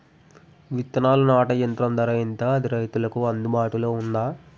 విత్తనాలు నాటే యంత్రం ధర ఎంత అది రైతులకు అందుబాటులో ఉందా?